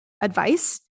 advice